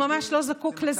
לא הייתי זקוקה לשריון.